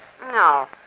No